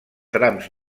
trams